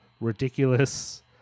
ridiculous